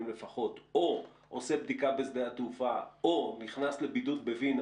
לפחות או עושה בדיקה בשדה התעופה או נכנס לבידוד בווינה